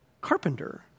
carpenter